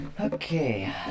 Okay